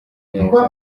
neza